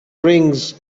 rings